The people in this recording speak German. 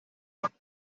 machen